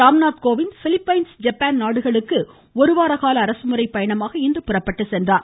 Ramnath Kovind Philippines Japan நாடுகளுக்கு ஒரு வார கால அரசுமுறை பயணமாக இன்று புறப்பட்டு சென்றார்